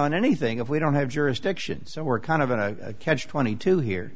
on anything if we don't have jurisdiction so we're kind of in a catch twenty two here